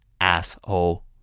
asshole